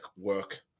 work